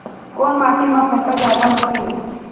कोन माटी मा फसल जादा होथे?